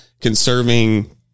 conserving